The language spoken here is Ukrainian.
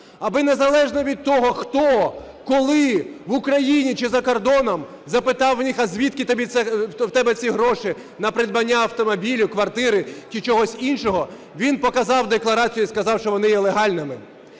Аби незалежно від того, хто, коли в Україні чи за кордоном запитав у них, а звідки в тебе ці гроші на придбання автомобіля, квартири чи чогось іншого, він показав декларацію і сказав, що вони є легальними.